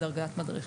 בדרגת מדריך.